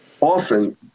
Often